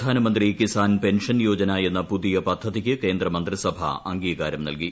Pradhan Mantri Kisan pension Yojana എന്ന പുതിയ പദ്ധതിക്ക് കേന്ദ്രമന്ത്രിസഭ അംഗീകാരം നൽകി